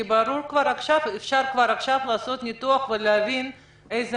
כי כבר עכשיו אפשר לעשות ניתוח ולהבין איזה